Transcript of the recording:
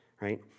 right